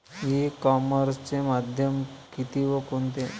E कॉमर्सचे माध्यम किती व कोणते?